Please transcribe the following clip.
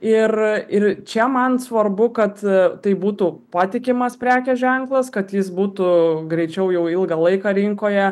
ir ir čia man svarbu kad tai būtų patikimas prekės ženklas kad jis būtų greičiau jau ilgą laiką rinkoje